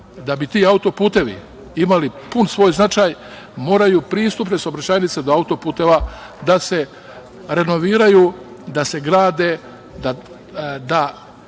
bi ti autoputevi imali pun svoj značaj moraju pristupne saobraćajnice do autoputeva da se renoviraju, da se grade i